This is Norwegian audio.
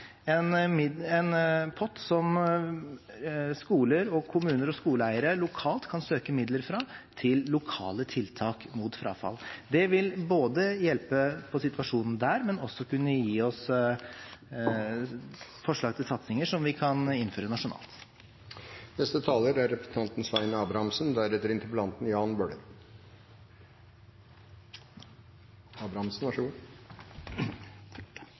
som skoler, kommuner og skoleeiere lokalt kan søke om midler fra, til lokale tiltak mot frafall. Det vil både hjelpe på situasjonen der og gi oss forslag til satsinger som vi kan innføre nasjonalt. Jeg vil også takke interpellanten for å ta opp frafall i videregående opplæring, som er